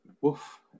Woof